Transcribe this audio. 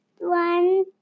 one